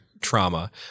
trauma